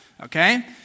Okay